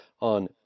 on